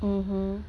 mmhmm